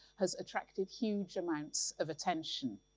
has attracted huge amounts of attention.